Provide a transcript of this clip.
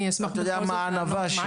אתה יודע מה הענווה?